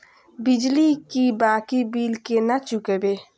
बिजली की बाकी बील केना चूकेबे?